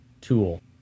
tool